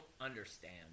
understand